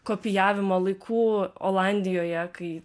kopijavimo laikų olandijoje kai